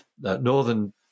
northern